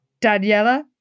Daniela